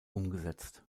umgesetzt